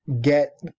get